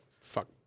fuck